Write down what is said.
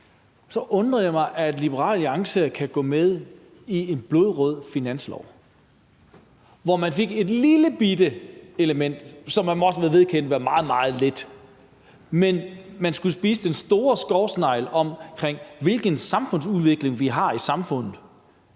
undrer jeg mig over, at Liberal Alliance kan gå med i en blodrød finanslov, hvor man fik et lillebitte element, som man også har vedkendt var meget, meget lidt. Man skulle spise den store skovsnegl, der handlede om, hvilken samfundsudvikling vi har i samfundet